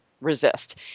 resist